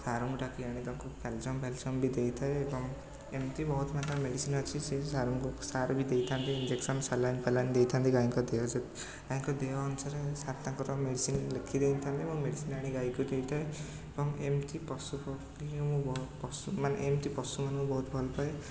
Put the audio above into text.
ସାର୍ଙ୍କୁ ଡାକି ଆଣି ତାଙ୍କୁ କ୍ୟାଲସିୟମ୍ ଫାଲସିୟମ୍ ବି ଦେଇଥାଏ ଏବଂ ଏମିତି ବହୁତ ମାତ୍ରାରେ ମେଡ଼ିସିନ୍ ଅଛି ସେ ସାର୍ଙ୍କୁ ସାର୍ ବି ଦେଇଥାନ୍ତି ଇଞ୍ଜେକ୍ସନ୍ ସାଲାଇନ୍ଫାଲାଇନ୍ ଦେଇଥାନ୍ତି ଗାଈଙ୍କ ଦେହ ଯଦି ଗାଈଙ୍କ ଦେହ ଅନୁସାରେ ସାର୍ ତାଙ୍କର ମେଡ଼ିସିନ୍ ଲେଖି ଦେଇଥାନ୍ତି ମୁଁ ମେଡ଼ିସିନ୍ ଆଣିକି ଗାଈଙ୍କୁ ଦେଇଥାଏ ଏବଂ ଏମିତି ପଶୁପକ୍ଷୀଙ୍କୁ ମୁଁ ବହୁତ ପଶୁମାନେ ଏମିତି ପଶୁମାନଙ୍କୁ ବହୁତ ଭଲପାଏ